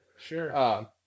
Sure